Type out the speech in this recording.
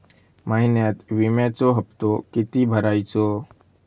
महिन्यात विम्याचो हप्तो किती भरायचो?